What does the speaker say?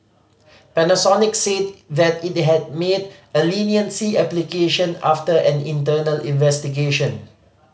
Panasonic said that it made a leniency application after an internal investigation